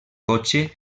cotxe